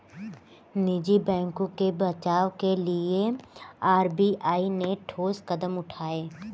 निजी बैंकों के बचाव के लिए आर.बी.आई ने ठोस कदम उठाए